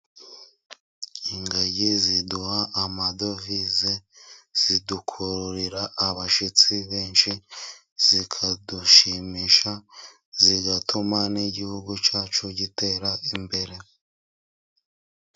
Ingagi ziduha amadovize, zidukururira abashyitsi benshi, zikadushimisha, zigatuma n'igihugu cyacu gitera imbere.